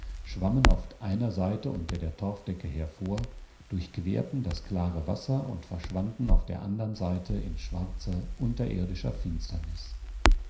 schwammen auf einer seite unter der torfdecke hervor durchquerten das klare wasser und verschwanden auf der anderen seite in schwarzer unterirdischer finsternis